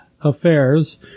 affairs